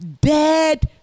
dead